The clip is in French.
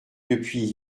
depuis